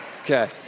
Okay